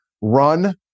run